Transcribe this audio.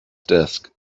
desk